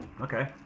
okay